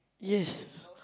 yes